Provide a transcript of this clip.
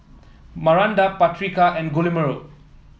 Maranda Patrica and Guillermo